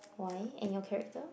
why and your character